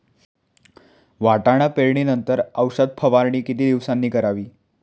वाटाणा पेरणी नंतर औषध फवारणी किती दिवसांनी करावी?